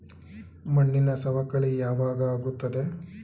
ಮಣ್ಣಿನ ಸವಕಳಿ ಯಾವಾಗ ಆಗುತ್ತದೆ?